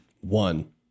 One